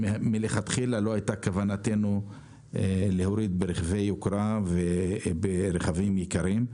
מלכתחילה לא הייתה כוונתנו להוריד ברכבי יוקרה וברכבים יקרים.